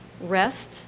rest